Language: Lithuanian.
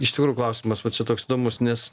iš tikrųjų klausimas va čia toks įdomus nes